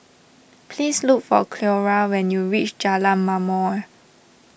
please look for Cleora when you reach Jalan Ma'mor